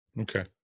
Okay